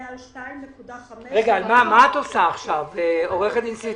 על 2.5 מיליארד שקלים חדשים," עו"ד סיטון,